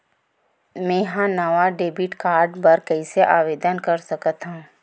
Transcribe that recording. मेंहा नवा debit card बर कैसे आवेदन कर सकथव?